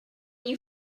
you